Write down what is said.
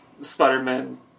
Spider-Man